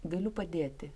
galiu padėti